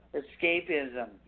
escapism